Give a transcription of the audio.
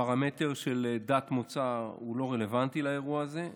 הפרמטר של דת ומוצא לא רלוונטי לאירוע הזה,